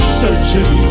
searching